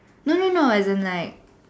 no no no as in like